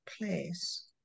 place